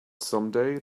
someday